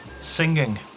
Singing